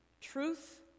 Truth